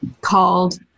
called